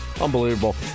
Unbelievable